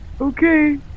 Okay